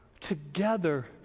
Together